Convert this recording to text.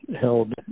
held